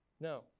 No